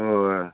ꯍꯣꯏ ꯍꯣꯏ ꯍꯣꯏ